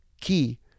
key